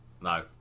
no